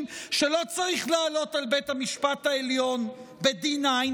שלא צריך לעלות על בית המשפט העליון ב-D9,